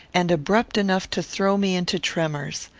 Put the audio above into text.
and abrupt enough to throw me into tremors.